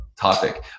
topic